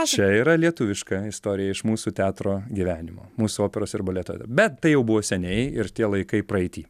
čia yra lietuviška istorija iš mūsų teatro gyvenimo mūsų operos ir baleto bet tai jau buvo seniai ir tie laikai praeity